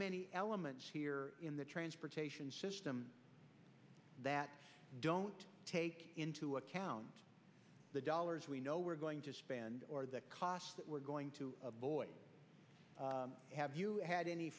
many elements here in the transportation system that don't take into account the dollars we know we're going to spend or the cost that we're going to boy have you had any